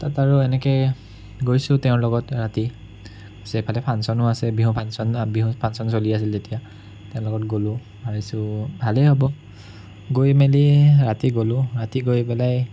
তাত আৰু এনেকে গৈছোঁ তেওঁৰ লগত ৰাতি এফালে ফাংশ্যনো আছে বিহু ফাংশ্যন বিহু ফাংশ্যন চলি আছিল তেতিয়া তেওঁৰ লগত গলোঁ ভাবিছোঁ ভালেই হ'ব গৈ মেলি ৰাতি গলোঁ ৰাতি গৈ পেলাই